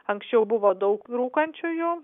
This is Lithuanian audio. anksčiau buvo daug rūkančiųjų